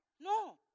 No